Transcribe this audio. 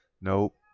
Nope